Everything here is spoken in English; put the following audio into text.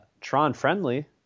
Tron-friendly